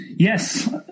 Yes